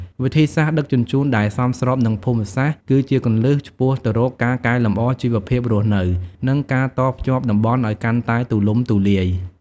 វិធីសាស្រ្តដឹកជញ្ជូនដែលសមស្របនឹងភូមិសាស្ត្រ គឺជាគន្លឹះឆ្ពោះទៅរកការកែលម្អជីវភាពរស់នៅ និងការតភ្ជាប់តំបន់ឱ្យកាន់តែទូលំទូលាយ។